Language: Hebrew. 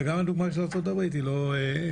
וגם הדוגמה של ארה"ב היא לא מדויקת.